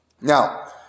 Now